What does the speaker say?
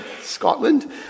Scotland